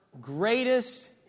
greatest